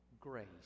grace